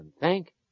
thank